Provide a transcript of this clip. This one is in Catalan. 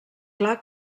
clar